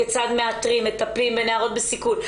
כיצד מאתרים ומטפלים בנערות בסיכון.